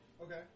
Okay